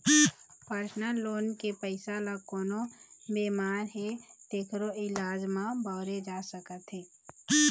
personal loan के पइसा ल कोनो बेमार हे तेखरो इलाज म बउरे जा सकत हे